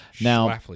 Now